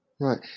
right